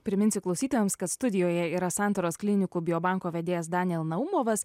priminsiu klausytojams kad studijoje yra santaros klinikų biobanko vedėjas daniel naumovas